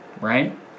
right